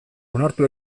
onartu